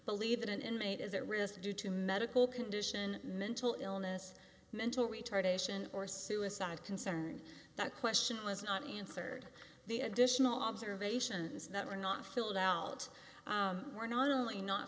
believe that an inmate is at risk due to medical condition mental illness mental retardation or suicide concerned that question was not answered the additional observations that were not filled out were not only not